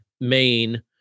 main